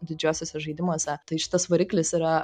didžiuosiuose žaidimuose tai šitas variklis yra